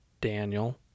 Daniel